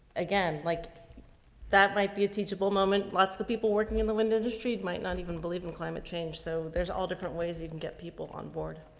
again, like that might be a teachable moment. lots of the people working in the wind industry. it might not even believe in climate change. so there's all different ways you can get people on board.